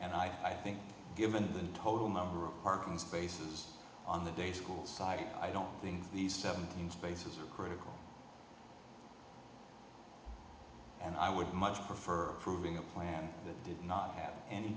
and i think given the total number of parking spaces on the day school side i don't think these seventeen spaces are critical and i would much prefer proving a plan that did not have any